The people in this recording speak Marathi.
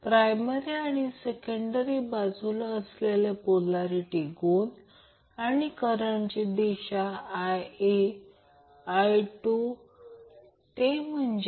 तसेच सर्किट करंट कॅपेसिटर व्होल्टेज आणि सर्किटची बँडविड्थ शोधा